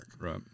Right